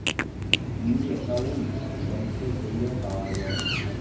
ই account ব্যাংকে গ্যালে পাউয়া যায়